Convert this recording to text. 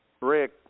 Rick